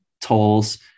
tolls